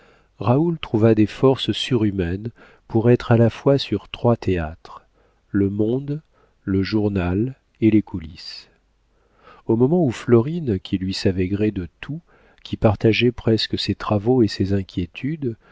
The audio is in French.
raoul trouva des forces surhumaines pour être à la fois sur trois théâtres le monde le journal et les coulisses au moment où florine qui lui savait gré de tout qui partageait presque ses travaux et ses inquiétudes